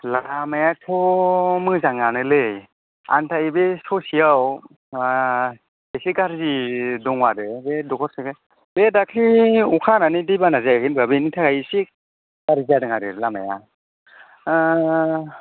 लामायाथ' मोजाङानोलै आन्थाय बे ससेयाव एसे गाज्रि दं आरो बे दखरसेजों बे दाख्लै अखा हानानै दै बाना जायाखै होमबा बेनि थाखाय एसे गाज्रि जादों आरो लामाया